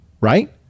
right